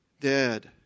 dead